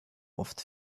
oft